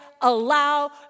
allow